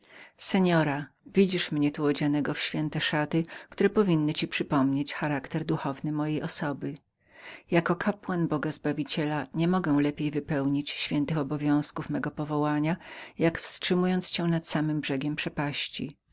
seora widzisz mnie tu odzianego w święte szaty które powinny ci przypominać charakter duchowny cechujący moją osobę jako kapłan boga zbawiciela nie mogę lepiej wypełnić świętych obowiązków mego powołania jak wstrzymując cię nad samym brzegiem przepaści